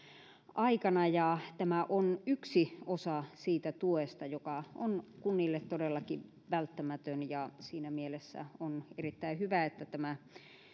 aikana ja tämä on yksi osa siitä tuesta joka on kunnille todellakin välttämätön siinä mielessä on erittäin hyvä että tämä